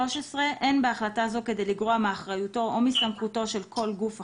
13.אין בהחלטה זו כדי לגרוע מאחריותו או מסמכותו של כל גוף אחר,